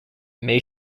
may